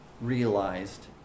realized